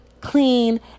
clean